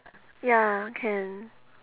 ya can